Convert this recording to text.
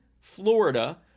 Florida